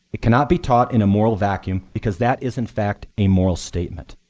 it cannot be taught in a moral vacuum because that is in fact a moral statement.